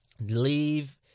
leave